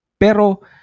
Pero